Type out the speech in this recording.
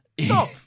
stop